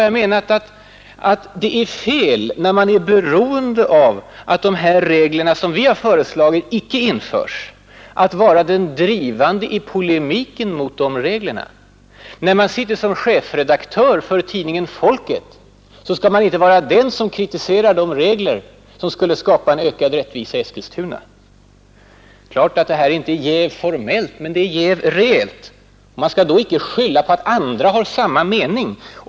Jag anser att det är fel att vara den drivande i polemiken mot de alternativa regler som folkpartiet har föreslagit, när man själv är beroende av att de reglerna inte införs. När man sitter som chefredaktör för tidningen Folket, skall man inte vara den som kritiserar de regler som skulle skapa en ökad rättvisa i Eskilstuna. Det är klart att detta inte är ett jäv formellt, men det är ett jäv reellt. Man kan då inte skylla på att andra har samma mening.